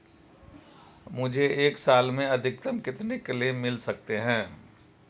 मुझे एक साल में अधिकतम कितने क्लेम मिल सकते हैं?